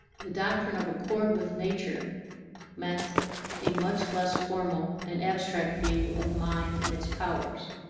the doctrine of accord with nature meant a much less formal and abstract view of mind and its powers.